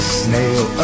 snail